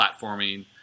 platforming